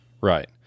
Right